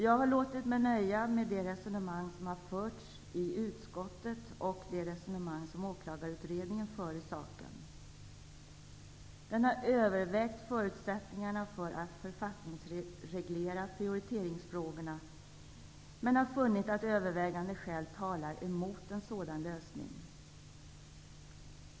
Jag har låtit mig nöja med det resonemang som har förts i utskottet och det resonemang som Åklagarutredningen för i saken. Den har övervägt förutsättningarna för att författningsreglera prioriteringsfrågorna, men har funnit att övervägande skäl talar emot en sådan lösning.